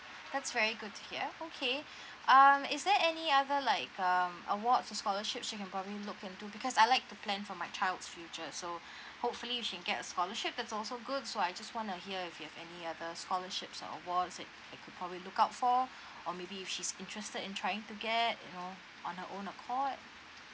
that's very good to hear okay um is there any other like um awards or scholarship we can probably look into because I like to plan for my child's future so hopefully she get a scholarship that's also good so I just wanna hear if you have any other scholarships or awards and we could probably look out for or maybe if she's interested in trying to get you know on her own accord